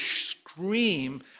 scream